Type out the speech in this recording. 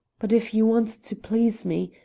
but if you want to please me,